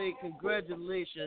congratulations